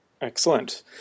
Excellent